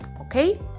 Okay